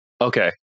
Okay